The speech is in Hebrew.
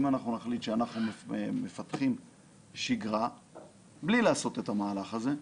אם אנחנו נחליט שאנחנו מפתחים שגרה בלי לעשות את המהלך הזה,